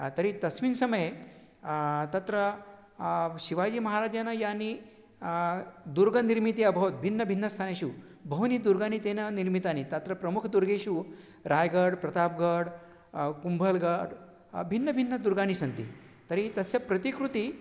तर्हि तस्मिन् समये तत्र शिवाजीमहाराजेन यानि दुर्गनिर्मितिः अभवत् भिन्नभिन्नस्थानेषु बहूनि दुर्गानि तेन निर्मितनि तत्र प्रमुखदुर्गेषु रायगड् प्रताप्गड् कुम्भल्गड् भिन्नभिन्नदुर्गानि सन्ति तर्हि तस्य प्रतिकृतिः